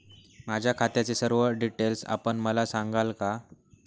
माझ्या खात्याचे सर्व डिटेल्स आपण मला सांगाल का?